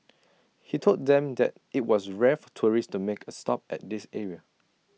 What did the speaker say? he told them that IT was rare for tourists to make A stop at this area